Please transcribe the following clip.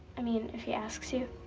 i mean, if he asks you?